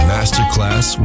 Masterclass